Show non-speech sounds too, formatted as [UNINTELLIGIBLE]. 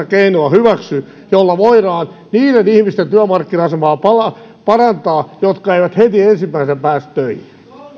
[UNINTELLIGIBLE] keinoa hyväksy jolla voidaan niiden ihmisten työmarkkina asemaa parantaa jotka eivät heti ensimmäisenä pääse töihin